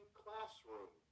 classroom